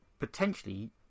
potentially